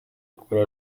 kuri